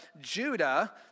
Judah